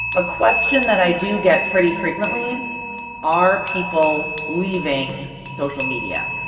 a question that i do get pretty frequently are people leaving social media?